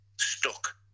stuck